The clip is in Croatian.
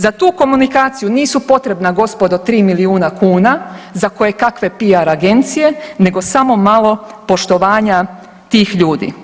Za tu komunikaciju nisu potrebna gospodo tri milijuna kuna za kojekakve PR agencije nego malo poštovanja tih ljudi.